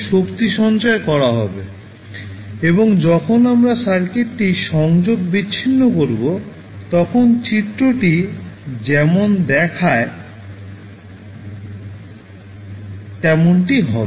শক্তি সঞ্চয় করা হবে এবং যখন আমরা সার্কিটটি সংযোগ বিচ্ছিন্ন করব তখন চিত্রটি যেমন দেখানো তেমনটি হবে